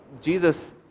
jesus